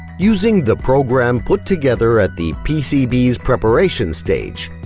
using the program put together at the pcbs preparation stage,